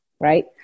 right